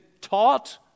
taught